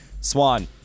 Swan